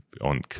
on